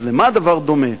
אז למה הדבר דומה?